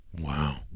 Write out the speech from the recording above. Wow